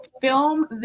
film